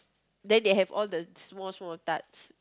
then they have all the small small tarts